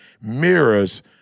mirrors